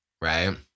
Right